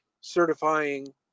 certifying